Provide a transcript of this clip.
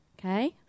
Okay